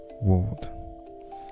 world